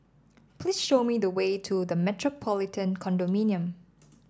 please show me the way to The Metropolitan Condominium